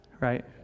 right